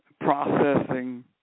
processing